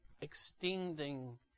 extending